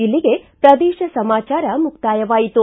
ಇಲ್ಲಿಗೆ ಪ್ರದೇಶ ಸಮಾಚಾರ ಮುಕ್ತಾಯವಾಯಿತು